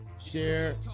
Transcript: share